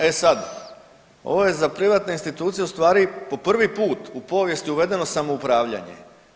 E sad, ovo je za privatne institucije ustvari po prvi put u povijesti uvedeno samoupravljanje.